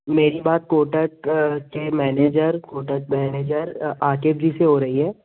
मेरी बात कोटक के मैनेजर कोटक मैनेजर आकिब जी से हो रही है